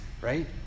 right